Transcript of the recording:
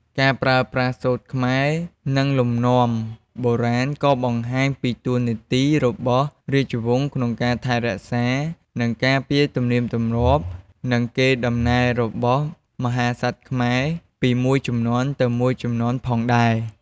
ការប្រើប្រាស់សូត្រខ្មែរ និងលំនាំបុរាណក៏បង្ហាញពីតួនាទីរបស់រាជវង្សក្នុងការថែរក្សា និងការពារទំនៀមទម្លាប់ និង កេរតំណែលរបស់មហាក្សត្រខ្មែរពីមួយជំនាន់ទៅមួយជំនាន់ផងដែរ។